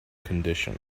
condition